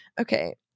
Okay